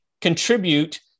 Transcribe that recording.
contribute